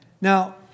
Now